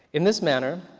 in this manner,